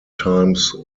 times